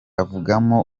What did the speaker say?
avugamo